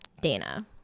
Dana